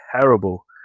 Terrible